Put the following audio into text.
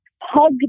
hug